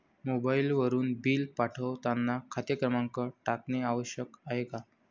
मोबाईलवरून बिल पाठवताना खाते क्रमांक टाकणे आवश्यक आहे का?